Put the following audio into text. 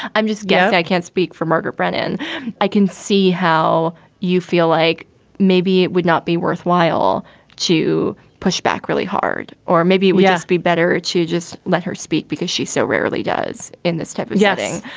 i'm just going i can't speak for margaret brennan i can see how you feel like maybe it would not be worthwhile to push back really hard or maybe it will be better to just let her speak because she so rarely does in this type of yeah thing.